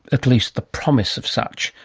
at least the promise of such.